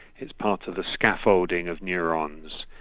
it's part of the scaffolding of neurons.